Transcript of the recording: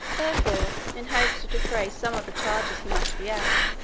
therefore, in hopes to defray some of the charges he must be at,